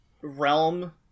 realm